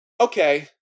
okay